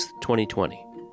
2020